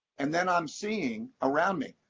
and then i'm seeing, around me,